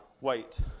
wait